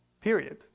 period